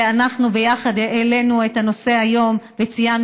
ואנחנו יחד העלינו את הנושא היום וציינו